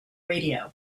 radio